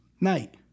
night